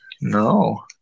No